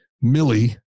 Millie